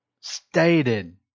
stated